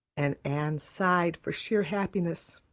and anne sighed for sheer happiness.